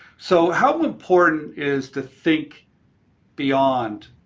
so how important is to think beyond?